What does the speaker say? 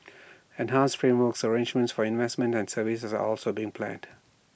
enhanced frameworks arrangenment for investments and services are also being planned